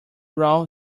row